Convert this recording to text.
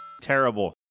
terrible